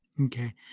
Okay